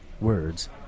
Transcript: Words